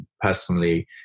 personally